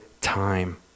Time